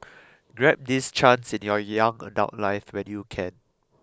grab this chance in your young adult life when you can